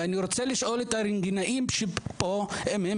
אני רוצה לשאול את הרנטגנאים שפה אם הם